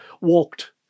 walked